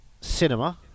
cinema